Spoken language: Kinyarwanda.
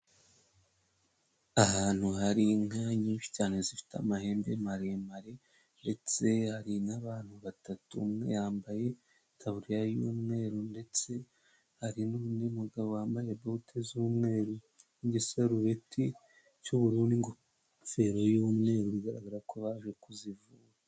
Ahantu hari inka nyinshi cyane zifite amahembe maremare ndetse hari n'abantu batatu, umwe yambaye itaburiya y'umweru ndetse hari n'undi mugabo wambaye bote z'umweru n'igisarubeti cy'ubururu n'ingofero y'umweru bigaragara ko baje kuzivura.